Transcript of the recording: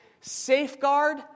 safeguard